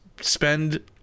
spend